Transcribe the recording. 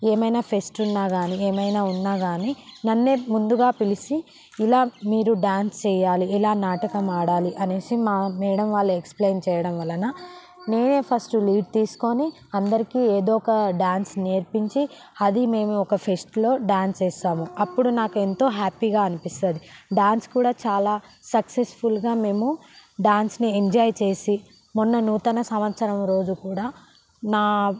ఏమైనా ఫెస్ట్ ఉన్నా కాని ఏమైనా ఉన్నా కానీ నన్నే ముందుగా పిలిచి ఇలా మీరు డ్యాన్స్ చేయాలి ఇలా నాటకం ఆడాలి అనేసి మా మేడం వాళ్ళు ఎక్స్ప్లయిన్ చేయడం వలన నేనే ఫస్ట్ లీడ్ తీసుకొని అందరికీ ఏదో ఒక డ్యాన్స్ నేర్పించి అది మేము ఒక పేస్టులో డ్యాన్స్ చేసాము అప్పుడు నాకు ఎంతో హ్యాపీగా అనిపిస్తుంది డ్యాన్స్ కూడా చాలా సక్సెస్ఫుల్గా మేము డ్యాన్స్ని ఎంజాయ్ చేసి మొన్న నూతన సంవత్సరం రోజు కూడా నా